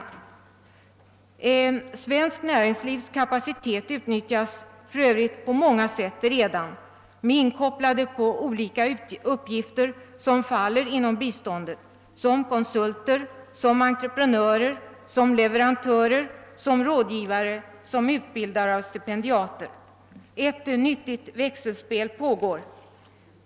Det svenska näringslivets kapacitet utnyttjas för övrigt redan på många sätt med inkopplande på uppgifter som faller inom biståndet: som konsulter, som entreprenörer, som leverantörer, som rådgivare, som utbildare av stipendiater. Ett nyttigt växelspel pågår.